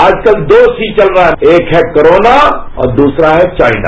आजकल दो ही चीज वल रहा है एक है कोरोना और दूसरा है चाइना